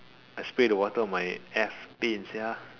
I spray the water on my ass pain sia